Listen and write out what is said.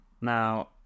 Now